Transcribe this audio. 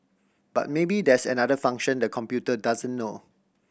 but maybe there's another function the computer doesn't know